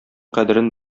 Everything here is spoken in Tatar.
кадерен